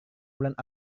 bulan